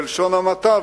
בלשון המעטה,